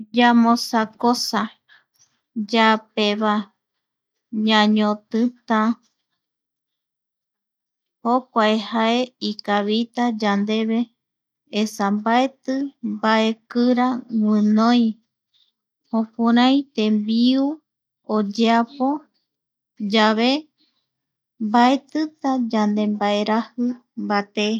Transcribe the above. Yamosakosa, yaapeva ñañotita,(pausa) jokua jae ikavita yandeve esa mbaeti mbaekira guinoi, jukurai tembiu oyeapo, yave, mbatita yandembaeraji mbaté.